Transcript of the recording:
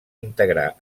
integrar